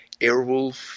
Airwolf